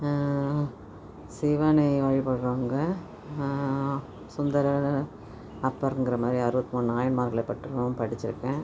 சிவனை வழிபடறவங்க சுந்தரர் அப்பர்ங்கிற மாதிரி அறுபத்தி மூணு நாயன்மார்களை பற்றியும் படிச்சிருக்கேன்